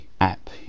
app